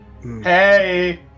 Hey